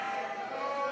ההצעה